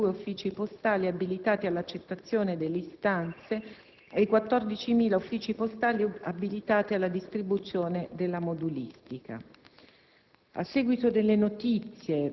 bensì dai 5.332 uffici postali abilitati all'accettazione delle istanze e dai 14.000 uffici postali abilitati alla distribuzione della modulistica.